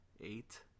Eight